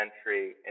entry